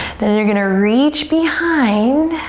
then you're gonna reach behind.